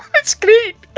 it's great.